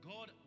God